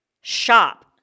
shop